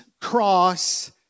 cross